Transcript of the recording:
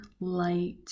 light